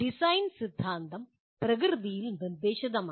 design സിദ്ധാന്തം പ്രകൃതിയിൽ നിർദ്ദേശിതമാണ്